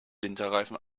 winterreifen